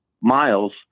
miles